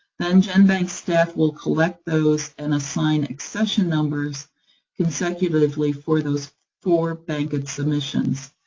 then, genbank's staff will collect those, and assign accession numbers consecutively for those four bankit submissions.